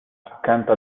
accanto